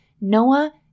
Noah